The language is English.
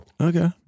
Okay